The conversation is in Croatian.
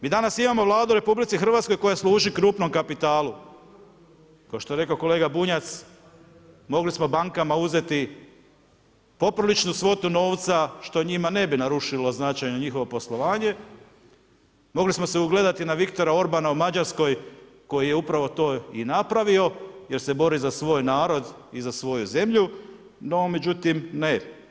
Mi danas imamo Vladu u RH koja služi krupnom kapitalu, kao što je rekao kolega Bunjac mogli smo bankama uzeti popriličnu svotu novca što njima ne bi narušilo značajno njihovo poslovanje, mogli smo se ogledati na Viktora Orbana u Mađarskoj koji je upravo to i napravio jer se bori za svoj narod i za svoju zemlju, no međutim ne.